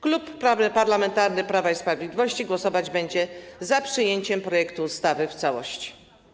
Klub Parlamentarny Prawo i Sprawiedliwość głosować będzie za przyjęciem projektu ustawy w całości.